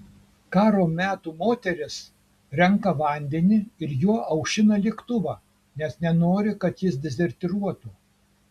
karo metų moteris renka vandenį ir juo aušina lėktuvą nes nenori kad jis dezertyruotų